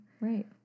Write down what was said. Right